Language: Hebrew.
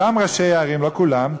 אותם ראשי ערים, לא כולם,